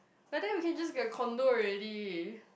by then we can just get condo already